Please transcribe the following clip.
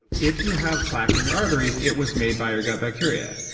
if you have plaque in your arteries, it was made by your gut bacteria.